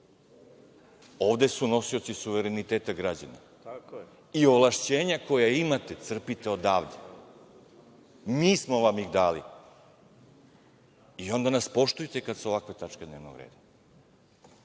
ovde su nosioci suvereniteta građani i ovlašćenja koja imate crpite odavde. Mi smo vam ih dali i onda nas poštujte kad su ovakve tačke dnevnog reda,